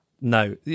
No